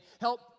Help